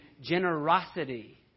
generosity